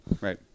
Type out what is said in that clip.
Right